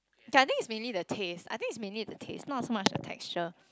kay I think it's mainly the taste I think it's mainly the taste not so much of texture